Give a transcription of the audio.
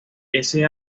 ese